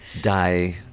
die